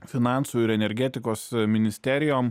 finansų ir energetikos ministerijom